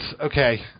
okay